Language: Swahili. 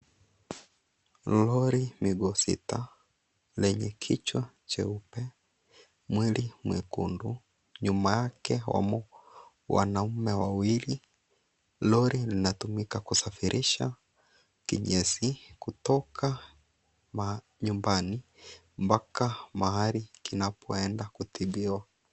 Lori miguu sita lenye kichwa cheupe, mwili mwekundu, nyuma yake wanaume wawili, lori linatumika kusafirisha kinyesi kutoka manyumbani mpaka mahali kinapoenda kutibiwa.